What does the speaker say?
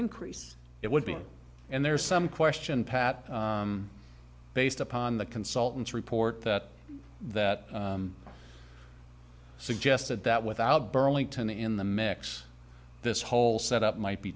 increase it would be and there's some question pat based upon the consultants report that that suggested that without burlington in the mix this whole set up might be